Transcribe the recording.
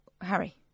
Harry